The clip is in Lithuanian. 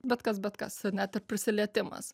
bet kas bet kas net ir prisilietimas